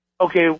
okay